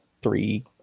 three